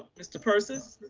ah mr. persis.